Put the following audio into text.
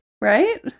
right